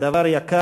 הם דבר יקר.